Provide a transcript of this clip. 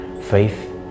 Faith